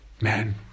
man